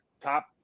top